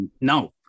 no